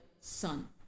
sun